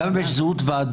גם אם יש זהות ועדים,